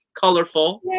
colorful